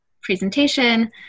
presentation